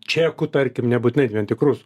čekų tarkim nebūtinai vien tik rusų